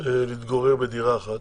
להתגורר בדירה אחת?